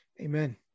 amen